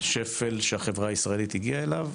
שפל שהחברה הישראלית הגיעה אליו.